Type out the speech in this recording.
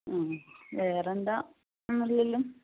വേറെന്താ ഒന്നുല്ലല്ലോ